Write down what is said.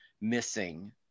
missing